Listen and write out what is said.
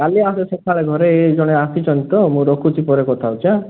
କାଲି ଆସେ ସକାଳେ ଘରେ ଇଏ ଜଣେ ଆସିଛନ୍ତି ତ ମୁଁ ରଖୁଛି ପରେ କଥା ହେଉଛି ଆଁ